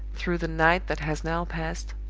through the night that has now passed,